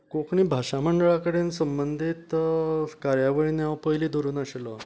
कोंकणी भाशा मंडळां कडेन संबंदीत कार्यावळींनी हांव पयली धरून आशिल्लो